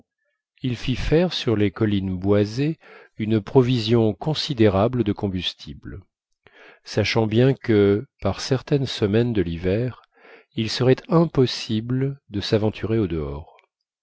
il fit faire sur les collines boisées une provision considérable de combustible sachant bien que par certaines semaines de l'hiver il serait impossible de s'aventurer au dehors